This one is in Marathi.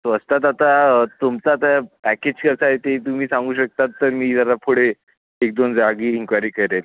स्वस्तात आता तुमचा आता पॅकेज कसं आहे ते तुम्ही सांगू शकतात तर मी जरा पुढे एक दोन जागी इनक्वायरी करेल